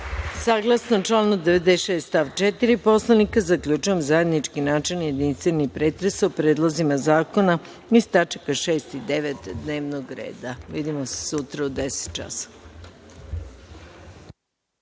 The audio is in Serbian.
članu 96. stav 4. Poslovnika, zaključujem zajednički načelni jedinstveni pretres o predlozima zakona iz tačaka 6. i 9. dnevnog reda. Vidimo se sutra u 10,00